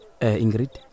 Ingrid